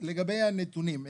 לגבי הנתונים.